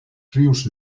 rius